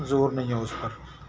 زور نہیں ہے اس پر